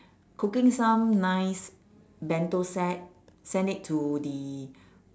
cooking some nice bento set send it to the